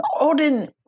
Odin